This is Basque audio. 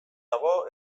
dago